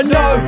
no